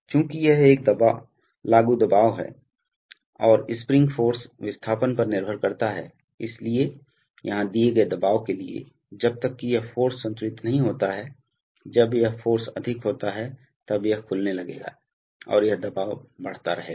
चूंकि यह एक लागू दबाव है और स्प्रिंग फ़ोर्स विस्थापन पर निर्भर करता है इसलिए यहां दिए गए दबाव के लिए जब तक कि यह फ़ोर्स संतुलित नहीं होता है जब यह फ़ोर्स अधिक होता है तब यह खुलने लगेगा और यह दबाव बढ़ता रहेगा